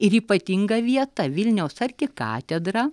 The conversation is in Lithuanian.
ir ypatinga vieta vilniaus arkikatedra